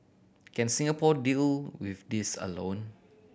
can Singapore deal with this alone